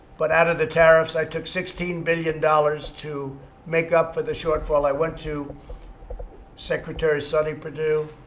but out of the tariffs, i took sixteen billion dollars to make up for the shortfall. i went to secretary sonny perdue.